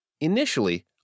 Initially